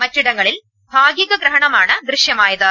മറ്റിടങ്ങളിൽ ഭാഗിക ഗ്രഹണമാണ് ദൃശ്യമായത്